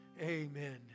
amen